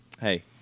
Hey